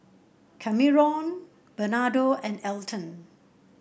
Kameron Bernardo and Elton